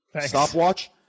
Stopwatch